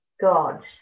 God